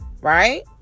Right